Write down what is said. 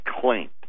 claimed